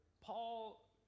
paul